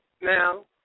Now